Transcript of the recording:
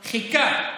חיכה,